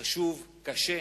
חשוב, קשה.